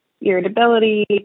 irritability